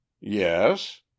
Yes